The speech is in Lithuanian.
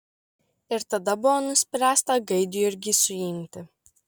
ir tada buvo nuspręsta gaidjurgį suimti